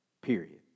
period